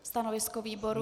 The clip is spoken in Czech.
Stanovisko výboru?